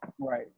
Right